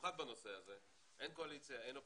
במיוחד בנושא הזה, אין קואליציה, אין אופוזיציה,